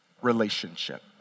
relationship